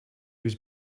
was